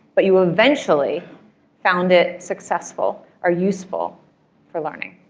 but you eventually found it successful or useful for learning?